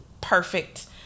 perfect